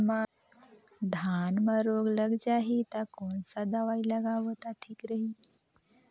धान म रोग लग जाही ता कोन सा दवाई लगाबो ता ठीक रही?